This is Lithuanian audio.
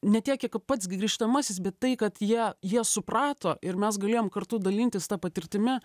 ne tiek kiek pats grįžtamasis bet tai kad jie jie suprato ir mes galėjom kartu dalintis ta patirtimi